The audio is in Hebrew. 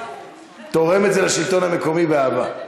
אני תורם את זה לשלטון המקומי באהבה.